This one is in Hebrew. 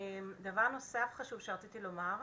דבר נוסף חשוב שרציתי לומר,